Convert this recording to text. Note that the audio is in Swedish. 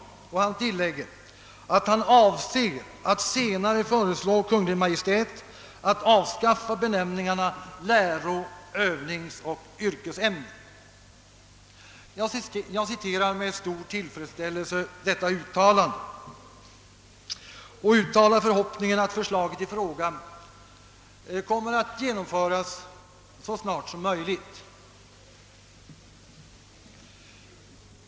Han tillägger, att han avser att senare föreslå Kungl. Maj:t att avskaffa benämningarna läro-, övningsoch yrkesämnen. Jag citerar med stor tillfredsställelse detta uttalande och uttalar förhoppningen att förslaget i fråga kommer att genomföras så snart som möjligt.